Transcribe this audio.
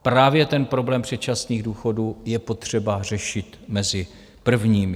Právě ten problém předčasných důchodů je potřeba řešit mezi prvními.